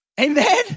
Amen